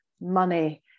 money